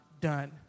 done